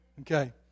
Okay